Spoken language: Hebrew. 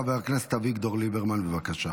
חבר הכנסת אביגדור ליברמן, בבקשה.